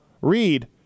read